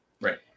Right